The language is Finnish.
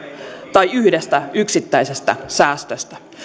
tai yhdestä yksittäisestä säästöstä